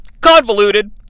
Convoluted